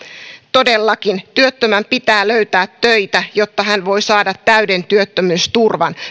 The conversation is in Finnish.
todellakin työttömän pitää löytää töitä jotta hän voi saada täyden työttömyysturvan